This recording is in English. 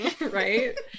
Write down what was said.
right